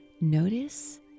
Notice